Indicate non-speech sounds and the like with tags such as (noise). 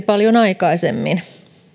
(unintelligible) paljon aikaisemmin